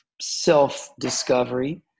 self-discovery